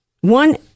one